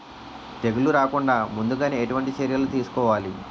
తెగుళ్ల రాకుండ ముందుగానే ఎటువంటి చర్యలు తీసుకోవాలి?